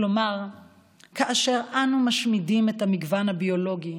כלומר כאשר אנו משמידים את המגוון הביולוגי,